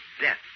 death